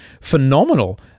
phenomenal